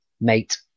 mate